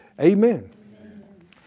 Amen